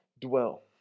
dwell